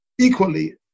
Equally